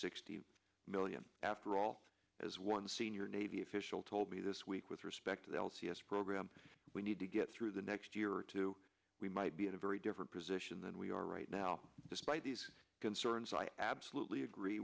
sixty million after all as one senior navy official told me this week with respect to the l c s program we need to get through the next year or two we might be in a very different position than we are right now despite these concerns i absolutely agree